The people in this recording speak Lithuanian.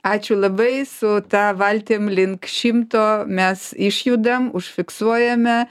ačiū labai su ta valtim link šimto mes išjudam užfiksuojame